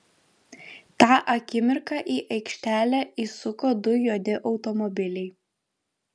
tą akimirką į aikštelę įsuko du juodi automobiliai